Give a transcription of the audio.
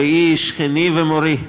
רעי, שכני ומורי,